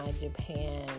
Japan